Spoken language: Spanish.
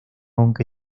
aunque